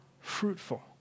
fruitful